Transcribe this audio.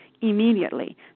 immediately